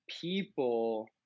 people